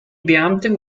beamten